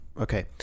Okay